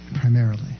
primarily